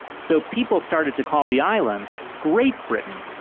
so people started to call the island great britain.